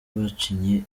bacinye